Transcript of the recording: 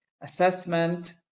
assessment